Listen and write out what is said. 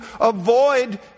avoid